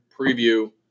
preview